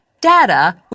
data